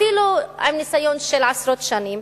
אפילו עם ניסיון של עשרות שנים,